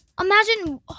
Imagine